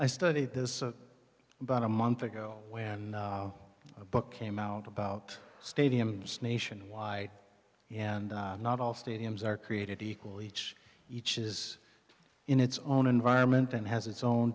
i studied this but a month ago when a book came out about stadiums nationwide and not all stadiums are created equal each each is in its own environment and has its own